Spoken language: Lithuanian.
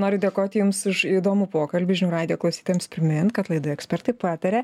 noriu dėkoti jums už įdomų pokalbį žinių radijo klausytojams primint kad laidoje ekspertai pataria